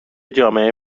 جامعه